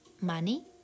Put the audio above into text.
Money